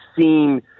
seen